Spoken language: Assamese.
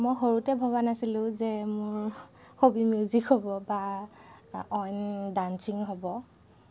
মই সৰুতে ভবা নাছিলোঁ যে মোৰ হবি মিউজিক হ'ব বা অইন ডাঞ্চিং হ'ব